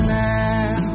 now